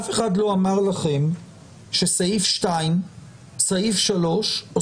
אף אחד לא אמר לכם שסעיף 2 או סעיף 3 או